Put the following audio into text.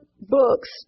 books